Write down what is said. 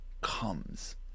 comes